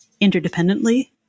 interdependently